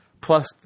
plus